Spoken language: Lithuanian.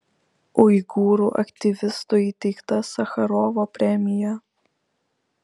uigūrų aktyvistui įteikta sacharovo premija